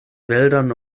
wäldern